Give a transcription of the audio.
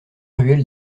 ruelle